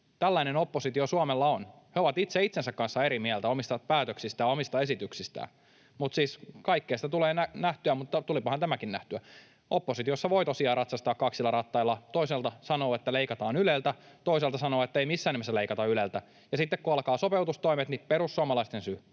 Tällainen oppositio Suomella on. He ovat itse itsensä kanssa eri mieltä omista päätöksistään, omista esityksistään. Kaikkea sitä tulee nähtyä, mutta tulipahan tämäkin nähtyä. Oppositiossa voi tosiaan ratsastaa kaksilla rattailla: toisaalta sanoa, että leikataan Yleltä, ja toisaalta sanoa, että ei missään nimessä leikata Yleltä, ja sitten kun alkavat sopeutustoimet, niin perussuomalaisten syy,